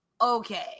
okay